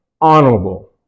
honorable